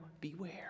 Beware